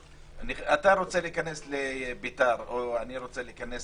אתה רוצה להיכנס לביתר, או אני רוצה להיכנס